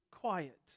Quiet